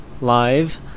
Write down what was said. live